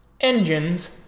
engines